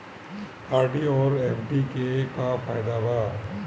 RD आउर FD के का फायदा बा?